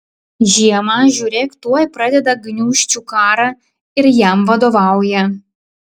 žiemą žiūrėk tuoj pradeda gniūžčių karą ir jam vadovauja